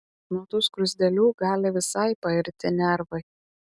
nuo tų skruzdėlių gali visai pairti nervai